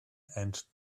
and